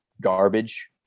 garbage